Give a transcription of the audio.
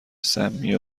سمی